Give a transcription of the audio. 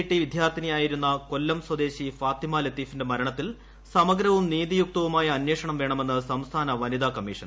T വിദ്യാ്ർത്ഥിനിയായിരുന്ന കൊല്ലം സ്വദേശി ഫാത്തിമ ലത്തീഫിന്റെ മര്യ്ക്കത്തിൽ സമഗ്രവും നീതിയുക്തവുമായ അന്വേഷണം വേണമെന്ന് സംസ്ഥാന വനിതാ കമ്മീഷൻ